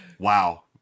Wow